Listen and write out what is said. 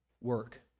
Work